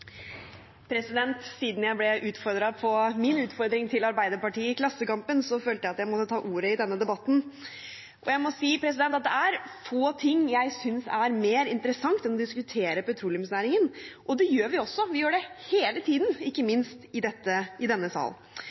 Siden jeg ble utfordret på min utfordring til Arbeiderpartiet i Klassekampen, følte jeg at jeg måtte ta ordet i denne debatten. Jeg må si at det er få ting jeg synes er mer interessant enn å diskutere petroleumsnæringen, og det gjør vi også. Vi gjør det hele tiden – ikke minst i denne sal. Min hovedkritikk mot Arbeiderpartiet, som i